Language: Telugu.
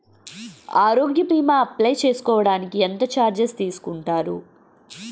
ఆరోగ్య భీమా అప్లయ్ చేసుకోడానికి ఎంత చార్జెస్ తీసుకుంటారు?